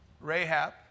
Rahab